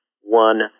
one